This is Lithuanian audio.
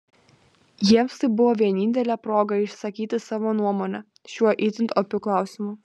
jiems tai buvo vienintelė proga išsakyti savo nuomonę šiuo itin opiu klausimu